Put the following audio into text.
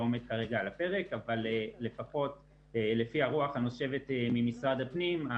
עומד כרגע על הפרק אבל לפחות לפי הרוח הנושבת ממשרד הפנים,